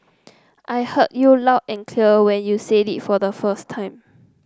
I heard you loud and clear when you said it the first time